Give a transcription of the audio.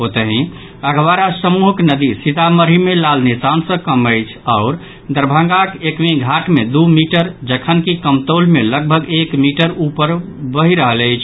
ओतहि अधवारा समूहक नदी सीतामढ़ी मे लाल निशान सँ कम अछि आओर दरभंगाक एकमीघाट मे द् मीटर जखनकि कमतौल मे लगभग एक मीटर ऊपर बहि रहल अछि